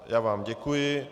Já vám děkuji.